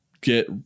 get